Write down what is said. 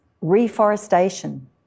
reforestation